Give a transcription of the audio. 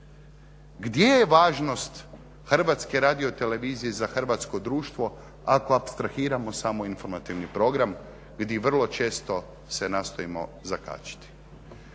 Gdje je važnost HRT-a za hrvatsko društvo ako apstrahiramo samo informativni program gdje vrlo često se nastojimo zakačiti?